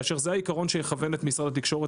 כאשר זה העיקרון שיכוון את משרד התקשורת